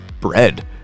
bread